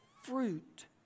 fruit